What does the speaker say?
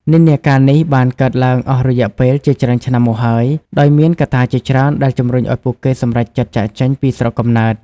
និន្នាការនេះបានកើតឡើងអស់រយៈពេលជាច្រើនឆ្នាំមកហើយ ដោយមានកត្តាជាច្រើនដែលជំរុញឱ្យពួកគេសម្រេចចិត្តចាកចេញពីស្រុកកំណើត។